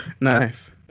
Nice